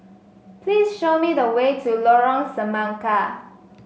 please show me the way to Lorong Semangka